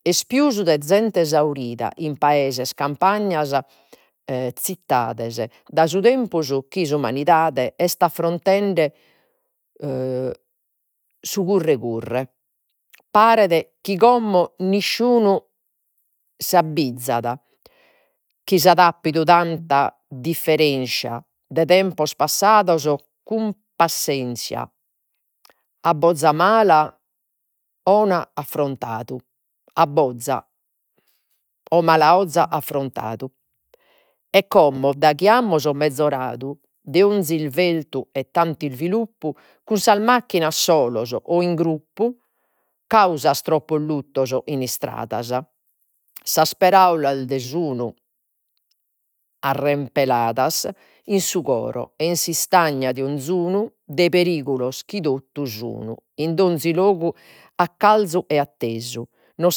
Est pius de zente esaurida in paeses, campagnas zittades, dae su tempus chi s'umanidade est affrontende su curre curre. Paret chi como nisciunu s'abbizat chi si at apidu tanta differenscia de tempos passados cun passienzia a boza mala affrontadu a mala 'oza affrontadu. E como daghi amus mezoradu de 'onzi isveltu e tantu isviluppu. Cun sas macchinas solos o in gruppu causas troppos luttos, in istradas. Sas paraulas de sun arrempelladas in su coro e in de 'onzunu de perigulos chi totu sun, in donzi logu e attesu. Nos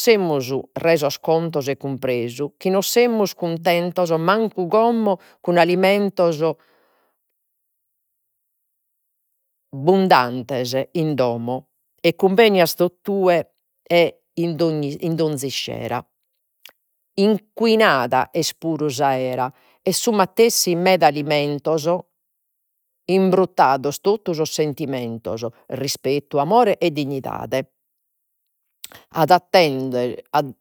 semus resos contos e cumpresu chi no semus cuntentos mancu como, cun alimentos bundantes, in domo e cumbenios tottue e in donzi iscera. Inquinada es puru s'aera, e su matessi meda alimentos, imbruttados totu sos sentimentos rispettu, amore e dignidade. ad atte